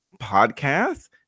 podcast